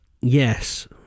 yes